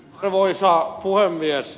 arvoisa puhemies